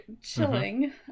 chilling